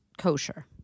kosher